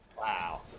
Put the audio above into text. wow